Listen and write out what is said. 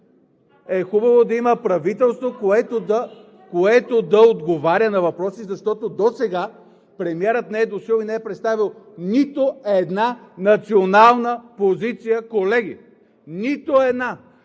…хубаво да има правителство, което да отговаря на въпроси. Защото досега премиерът не е дошъл и не е представил нито една национална позиция, колеги! Нито една!